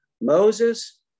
Moses